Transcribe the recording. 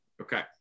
Okay